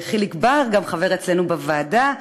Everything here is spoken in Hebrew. גם חיליק בר חבר אצלנו בוועדה.